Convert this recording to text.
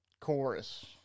chorus